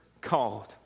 called